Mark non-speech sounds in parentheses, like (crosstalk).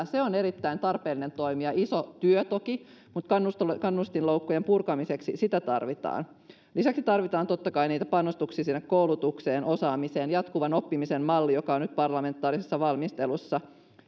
(unintelligible) se on erittäin tarpeellinen toimi ja iso työ toki mutta kannustinloukkujen purkamiseksi sitä tarvitaan lisäksi tarvitaan totta kai panostuksia sinne koulutukseen ja osaamiseen kuten jatkuvan oppimisen malliin joka on nyt parlamentaarisessa valmistelussa